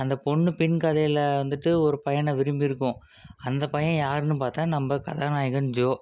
அந்த பொண்ணு பின் கதையில் வந்துட்டு ஒரு பையனை விரும்பியிருக்கும் அந்த பையன் யாருன்னு பார்த்தா நம்ம கதாநாயகன் ஜோ